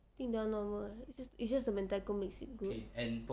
I think that [one] normal eh is just the mentaiko mix with